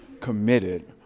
committed